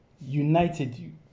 united